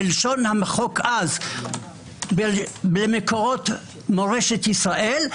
בלשון המחוקק אס - מקורות מורשת ישראל.